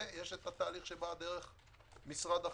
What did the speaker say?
ויש התהליך של משרד החינוך.